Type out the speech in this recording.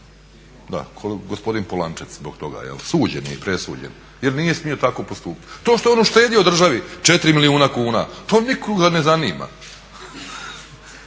Gospodin Polančec zbog toga, suđen je i presuđen jer nije smio tako postupiti. To što je on uštedio državi 4 milijuna kuna to nikoga ne zanima.